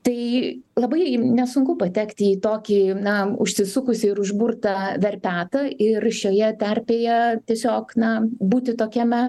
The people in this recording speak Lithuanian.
tai labai nesunku patekti į tokį na užsisukusį ir užburtą verpetą ir šioje terpėje tiesiog na būti tokiame